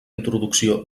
introducció